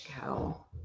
go